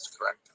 correct